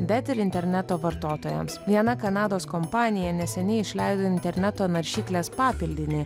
bet ir interneto vartotojams viena kanados kompanija neseniai išleido interneto naršyklės papildinį